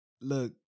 Look